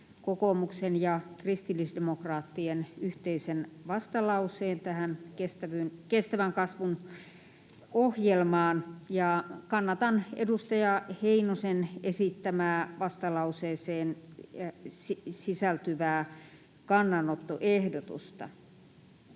kokoomuksen ja kristillisdemokraattien yhteisen vastalauseen tähän kestävän kasvun ohjelmaan, ja kannatan edustaja Heinosen esittämää vastalauseeseen sisältyvää kannanottoehdotusta.